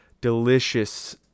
delicious